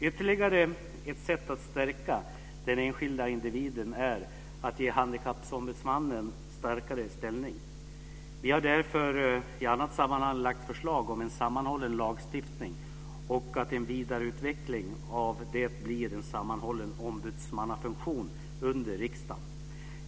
Ytterligare ett sätt att stärka den enskilda individen är att ge Handikappombudsmannen en starkare ställning. Vi har därför i annat sammanhang lagt fram förslag om en sammanhållen lagstiftning och om en vidareutveckling av den i form av en sammanhållen ombudsmannafunktion under riksdagen.